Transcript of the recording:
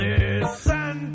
Listen